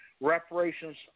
reparations